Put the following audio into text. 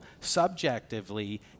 Subjectively